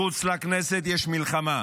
מחוץ לכנסת יש מלחמה,